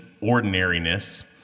ordinariness